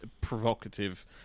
provocative